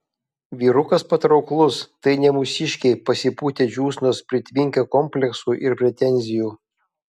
vyrukas patrauklus tai ne mūsiškiai pasipūtę džiūsnos pritvinkę kompleksų ir pretenzijų